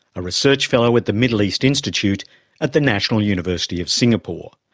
a research fellow at the middle east institute at the national university of singapore,